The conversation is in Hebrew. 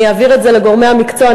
אני אעביר את זה לגורמי המקצוע,